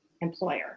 employer